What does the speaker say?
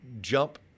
jump